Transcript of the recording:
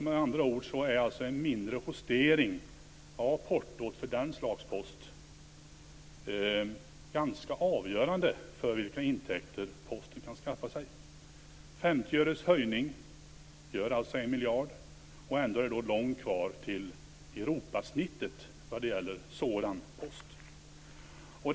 Med andra ord är en mindre justering av portot för sådan post ganska avgörande för vilka intäkter som Posten kan skaffa sig. 50 öres höjning ger alltså 1 miljard. Ändå är det långt kvar till genomsnittet i Europa för sådan post.